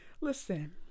listen